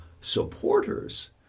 supporters